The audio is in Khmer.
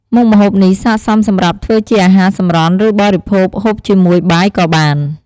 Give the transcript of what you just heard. មុខម្ហូបនេះស័ក្តិសមសម្រាប់ធ្វើជាអាហារសម្រន់ ឬបរិភោគហូបជាមួយបាយក៏បាន។